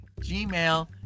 gmail